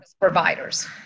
providers